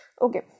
Okay